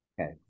Okay